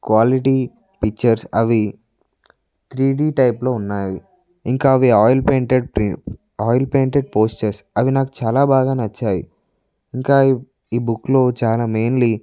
quality pictures అవి three D టైప్లో ఉన్నాయి ఇంకా అవి oil painted pre oil painted posters అవి నాకు చాలా బాగా నచ్చాయి ఇంకా ఈ ఈ బుక్లో చాలా మెయిన్లీ